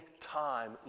time